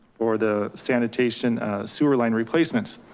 or the sanitation sewer line replacements.